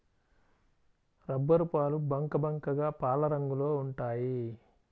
రబ్బరుపాలు బంకబంకగా పాలరంగులో ఉంటాయి